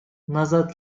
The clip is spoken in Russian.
назад